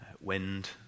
wind